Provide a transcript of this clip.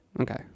Okay